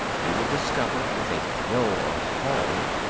you will discover, with a thrill of horror,